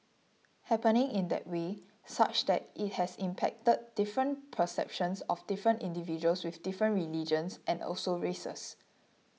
happening in that way such that it has impacted different perceptions of different individuals with different religions and also races